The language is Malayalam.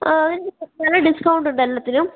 ആ നല്ല ഡിസ്ക്കൗണ്ട് ഉണ്ട് എല്ലാത്തിനും